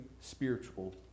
spiritual